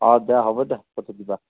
অঁ দিয়া হ'ব দিয়া তুমি লৈ আহিবা